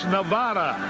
Nevada